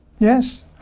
Yes